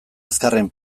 azkarren